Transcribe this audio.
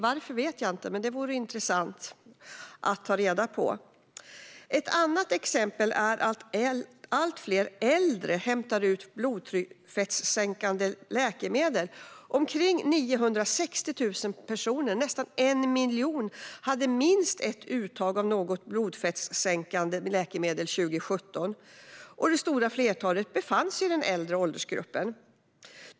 Varför vet jag inte, men det vore intressant att ta reda på. Ett annat exempel är att allt fler äldre hämtar ut blodfettssänkande läkemedel. Omkring 960 000 personer - nästan 1 miljon - hade minst ett uttag av något blodfettssänkande läkemedel 2017, och det stora flertalet befann sig i den äldre åldersgruppen.